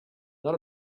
not